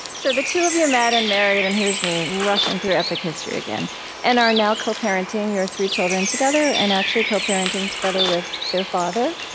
so the two of you met and married and here's me, rushing through epic history again and are now co-parenting your three children together and, actually, co-parenting together with their father,